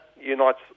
unites